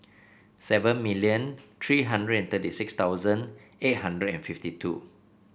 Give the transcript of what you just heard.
seven million three hundred thirty six thousand eight hundred and fifty two